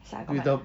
so I got my